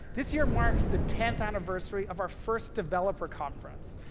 this year marks the tenth anniversary of our first developer conference.